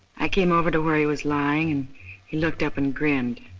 i came over to where he was lying and he looked up and grinned.